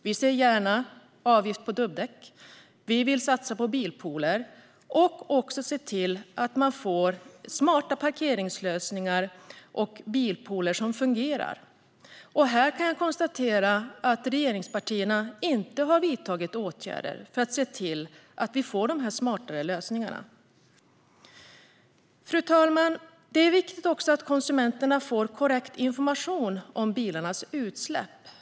Vi ser gärna avgift på dubbdäck, vi vill satsa på bilpooler och vi vill se till att man får smarta parkeringslösningar och bilpooler som fungerar. Här kan jag konstatera att regeringspartierna inte har vidtagit åtgärder för att se till att vi får dessa smartare lösningar. Fru talman! Det är viktigt att konsumenter får korrekt information om bilarnas utsläpp.